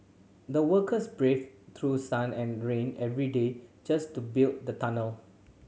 the workers braved through sun and rain every day just to build the tunnel